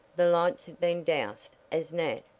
the lights had been doused as nat,